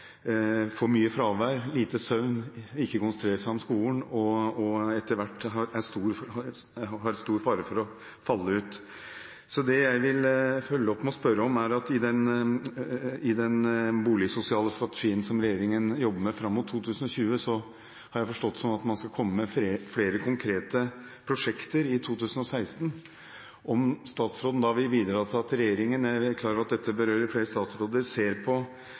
for å falle ut. Det jeg vil følge opp med å spørre om, er: I den boligsosiale strategien som regjeringen jobber med fram mot 2020, har jeg forstått det sånn at man skal komme med flere konkrete prosjekter i 2016. Vil statsråden bidra til at regjeringen – jeg er klar over at dette berører flere statsråder – ser på